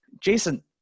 Jason